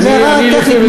זו הערה טכנית,